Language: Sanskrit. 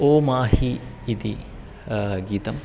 ओ माहि इति गीतम्